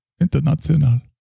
international